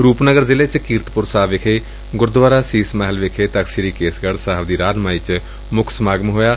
ਰੁਪਨਗਰ ਜ਼ਿਲੇ ਚ ਕੀਰਤਪੁਰ ਸਾਹਿਬ ਵਿਖੇ ਗੁਰਦੁਆਰਾ ਸੀਸ ਮਹਿਲ ਵਿਖੇ ਤਖ਼ਤ ਸ੍ਰੀ ਕੇਸਗੜ ਸਾਹਿਬ ਦੀ ਰਾਹਨੁਮਾਈ ਚ ਮੁੱਖ ਸਮਾਗਮ ਕੀਤਾ ਗਿਆ